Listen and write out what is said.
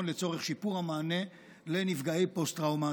לצורך שיפור המענה לנפגעי פוסט טראומה,